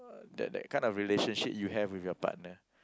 uh that that kind of relationship you have with your partner